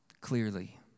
clearly